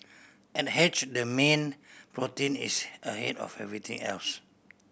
at Hatched the mean protein is ahead of everything else